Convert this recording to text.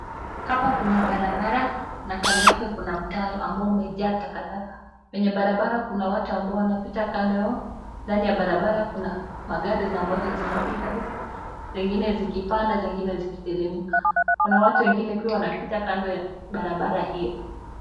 Hapa kuna barabara na kando yake kuna mtaro ambao umejaa takataka. Kwenye barabara kuna watu ambao wanapita kando. Ndani ya barabara kuna gari ambazo zinapita huku, zingine zikipanda zingine zikiteremka. Kuna watu wengine pia wanapita kando ya barabara hio.